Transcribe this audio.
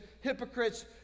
hypocrites